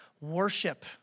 worship